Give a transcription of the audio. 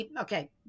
Okay